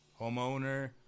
homeowner